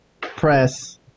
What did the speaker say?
press